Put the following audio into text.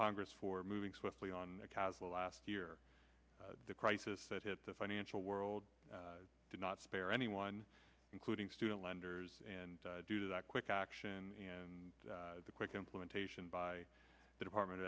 congress for moving swiftly on caswell last year the crisis that hit the financial world did not spare anyone including student lenders and do that quick action and the quick implementation by the department